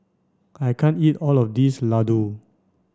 I can't eat all of this Ladoo